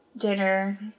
dinner